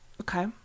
okay